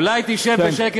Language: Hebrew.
למה אתה עולה, אולי תשב בשקט?